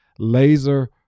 laser